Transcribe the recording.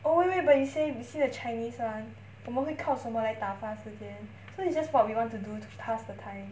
oh wait wait but it says you see the chinese one 我们会靠什么来打发时间 so it's just what we want to do to pass the time